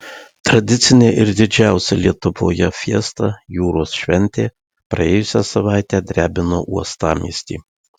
tradicinė ir didžiausia lietuvoje fiesta jūros šventė praėjusią savaitę drebino uostamiestį